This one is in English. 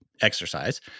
exercise